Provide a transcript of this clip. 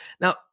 Now